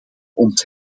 ons